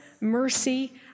mercy